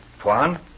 Tuan